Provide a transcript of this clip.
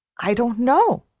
i don't know,